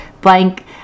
blank